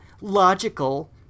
logical